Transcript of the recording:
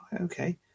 okay